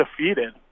defeated